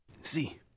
See